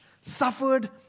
suffered